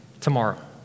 tomorrow